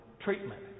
treatment